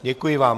Děkuji vám.